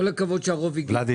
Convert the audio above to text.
הכבוד שהרוב הגיע.